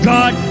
God